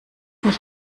mich